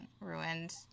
Ruined